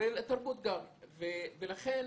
ולתרבות גם, ולכן